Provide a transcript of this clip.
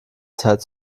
zeit